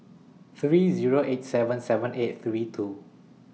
three Zero eight seven seven eight three two